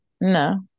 No